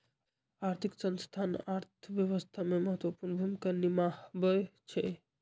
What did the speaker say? आर्थिक संस्थान अर्थव्यवस्था में महत्वपूर्ण भूमिका निमाहबइ छइ